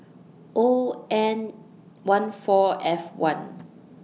O N one four F one